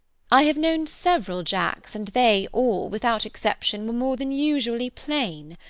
i have known several jacks, and they all, without exception, were more than usually plain.